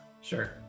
Sure